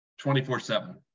24-7